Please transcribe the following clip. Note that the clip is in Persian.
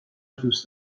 دوست